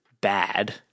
bad